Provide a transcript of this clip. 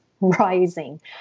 rising